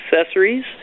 accessories